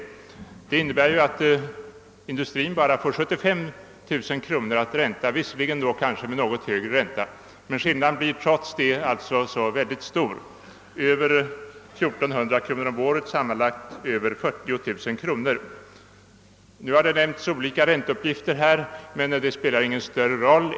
Förslaget innebär ju att indutrin i detta fall bara får 75 000 kronor att ränta, visserligen till något högre ränta, men skillnaden blir trots detta alltså så stor som över 1 400 kronor om året eller sammanlagt över 40 000 kronor. Här har lämnats olika ränteuppgifter, men det spelar ingen större roll.